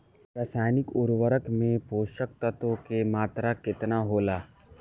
रसायनिक उर्वरक मे पोषक तत्व के मात्रा केतना होला?